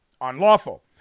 unlawful